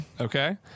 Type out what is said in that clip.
Okay